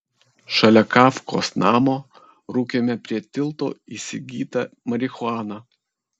šalia kafkos namo rūkėme prie tilto įsigytą marihuaną